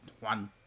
one